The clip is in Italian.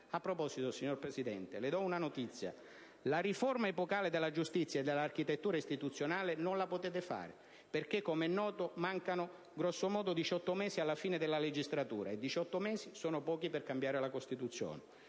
A proposito, signor Presidente, le do una notizia: la riforma epocale della giustizia e dell'architettura istituzionale non la potete fare perché, come è noto, mancano grosso modo diciotto mesi alla fine della legislatura, e diciotto mesi sono pochi per cambiare la Costituzione.